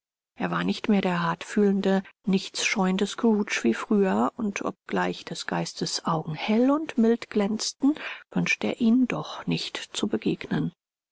er war nicht mehr der hartfühlende nichtsscheuende scrooge wie früher und obgleich des geistes augen hell und mild glänzten wünschte er ihnen doch nicht zu begegnen